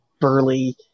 burly